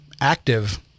active